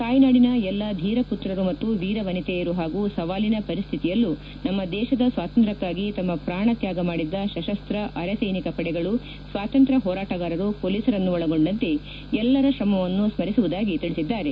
ತಾಯ್ನಾಡಿನ ಎಲ್ಲಾ ಧೀರ ಪುತ್ರರು ಮತ್ತು ವೀರ ವನಿತೆಯರು ಹಾಗೂ ಸವಾಲಿನ ಪರಿಸ್ಥಿತಿಯಲ್ಲೂ ನಮ್ಮ ದೇಶದ ಸ್ನಾತಂತ್ರ್ಹಾಗಿ ತಮ್ಮ ಪೂಣ ತ್ನಾಗ ಮಾಡಿದ ಸಶಸ್ತ ಅರೆ ಸೈನಿಕ ಪಡೆಗಳು ಸ್ವಾತಂತ್ರ್ಯ ಹೋರಾಟಗಾರರು ಹೊಲೀಸರನ್ನೊಳಗೊಂಡಂತೆ ಎಲ್ಲರ ಶ್ರಮವನ್ನು ಸ್ಲಿಸುವುದಾಗಿ ತಿಳಿಸಿದ್ದಾರೆ